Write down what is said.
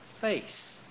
face